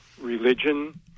religion